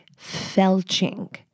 Felching